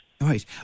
right